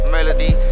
Melody